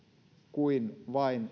kuin vain